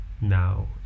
now